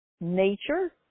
nature